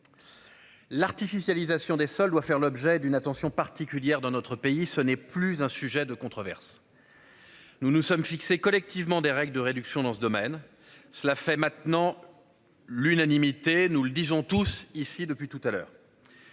L'artificialisation des sols doit faire l'objet d'une attention particulière dans notre pays, ce n'est plus un sujet de controverse. Nous nous sommes fixés collectivement des règles de réduction dans ce domaine. Cela fait maintenant. L'unanimité nous le disons tous ici depuis tout à l'heure.